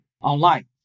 online